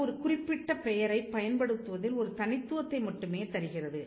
அது ஒரு குறிப்பிட்ட பெயரைப் பயன்படுத்துவதில் ஒரு தனித்துவத்தை மட்டுமே தருகிறது